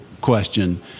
question